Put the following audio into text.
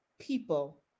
people